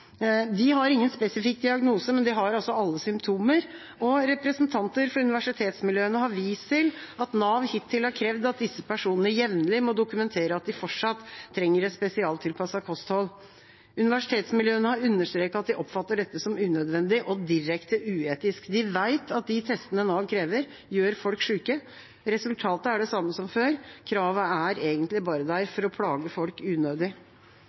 De har ingen spesifikk diagnose, men de har alle symptomer. Representanter for universitetsmiljøene har vist til at Nav hittil har krevd at disse personene jevnlig må dokumentere at de fortsatt trenger et spesialtilpasset kosthold. Universitetsmiljøene har understreket at de oppfatter dette som unødvendig og direkte uetisk. De vet at de testene Nav krever, gjør folk syke. Resultatet er det samme som før. Kravet er egentlig bare der for å plage folk unødig.